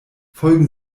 folgen